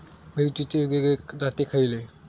मिरचीचे वेगवेगळे जाती खयले?